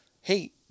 Hey